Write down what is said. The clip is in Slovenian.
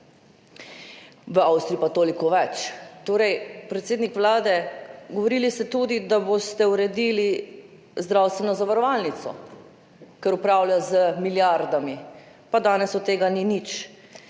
v Avstriji pa toliko več. Predsednik Vlade, govorili ste tudi, da boste uredili zdravstveno zavarovalnico, ker upravlja z milijardami, pa danes od tega ni nič.